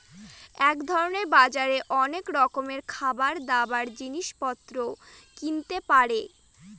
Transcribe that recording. এক ধরনের বাজারে অনেক রকমের খাবার, দাবার, জিনিস পত্র কিনতে পারে